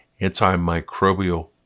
antimicrobial